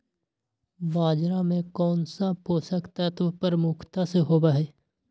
बाजरा में कौन सा पोषक तत्व प्रमुखता से होबा हई?